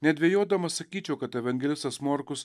nedvejodamas sakyčiau kad evangelistas morkus